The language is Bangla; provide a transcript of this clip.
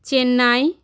চেন্নাই